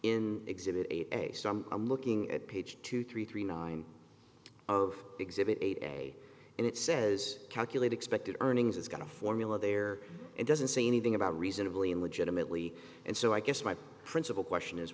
in exhibit a some i'm looking at page two three three nine of exhibit eight a and it says calculate expected earnings it's going to formula there it doesn't say anything about reasonably and legitimately and so i guess my principle question is